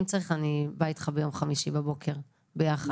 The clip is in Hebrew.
אני באה איתך ביום חמישי בבוקר ביחד.